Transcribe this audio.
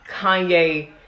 kanye